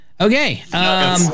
Okay